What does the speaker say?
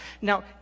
Now